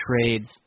trades